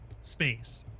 space